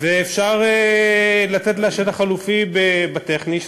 ואפשר לתת לה שטח חלופי בטכני,